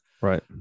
right